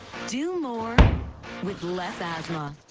do more with less asthma.